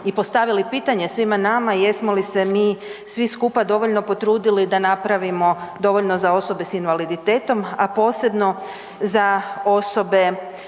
i postavili pitanje svima nama jesmo li se mi svi skupa dovoljno potrudili da napravimo dovoljno za osobe s invaliditetom, a posebno za osobe